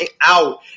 out